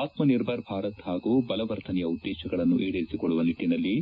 ಆತ್ಸನಿರ್ಭರ್ ಭಾರತ್ ಹಾಗೂ ಬಲವರ್ಧನೆಯ ಉದ್ದೇಶಗಳನ್ನು ಈಡೇರಿಸಿಕೊಳ್ಳುವ ನಿಟ್ಟಿನಲ್ಲಿ